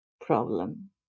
problem